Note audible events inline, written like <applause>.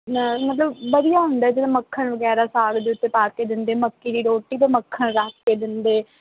<unintelligible> ਮਤਲਬ ਵਧੀਆ ਹੁੰਦਾ ਜਦੋਂ ਮੱਖਣ ਵਗੈਰਾ ਸਾਗ ਦੇ ਉੱਤੇ ਪਾ ਕੇ ਦਿੰਦੇ ਮੱਕੀ ਦੀ ਰੋਟੀ 'ਤੇ ਮੱਖਣ ਰੱਖ ਕੇ ਦਿੰਦੇ